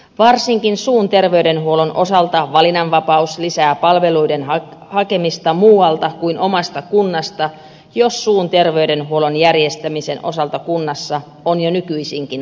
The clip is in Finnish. varsinkin suun terveydenhuollon osalta valinnanvapaus lisää palveluiden hakemista muualta kuin omasta kunnasta jos suun terveydenhuollon järjestämisen osalta kunnassa on jo nykyisinkin vaikeuksia